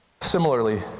Similarly